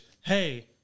Hey